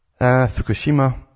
Fukushima